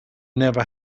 never